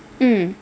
mm